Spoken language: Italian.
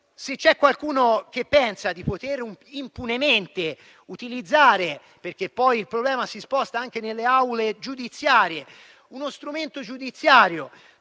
Se c'è qualcuno che pensa di poter impunemente utilizzare - perché poi il problema si sposta anche nelle aule giudiziarie - uno strumento giudiziario